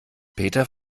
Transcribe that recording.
peter